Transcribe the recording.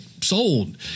sold